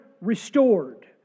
restored